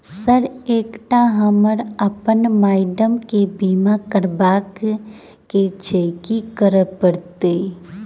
Sir एकटा हमरा आ अप्पन माइडम केँ बीमा करबाक केँ छैय की करऽ परतै?